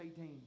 18